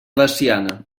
veciana